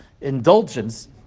indulgence